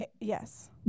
Yes